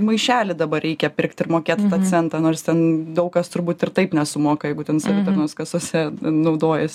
maišelį dabar reikia pirkti ir mokėt centą nors ten daug kas turbūt ir taip nesumoka jeigu ten savitarnos kasose naudojasi